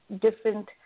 different